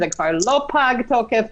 זה כבר לא פג תוקף.